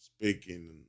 Speaking